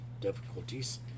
difficulties